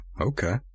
Okay